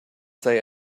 say